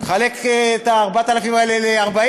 נחלק את ה-4,000 האלה ל-40.